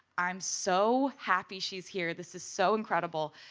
i'm so happy she is here. this is so incredible.